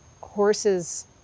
horses